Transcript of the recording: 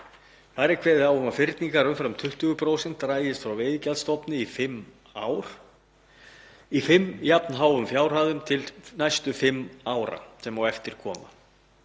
Þar er kveðið á um að fyrningar umfram 20% dragist frá veiðigjaldsstofni í fimm ár í fimm jafn háum fjárhæðum til næstu fimm ára sem á eftir koma.